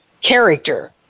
character